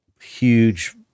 huge